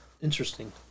Interesting